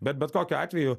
bet bet kokiu atveju